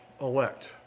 elect